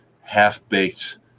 half-baked